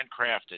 handcrafted